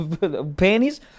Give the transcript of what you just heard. panties